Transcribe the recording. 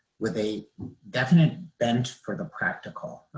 with a definite bend for the practical.